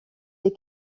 des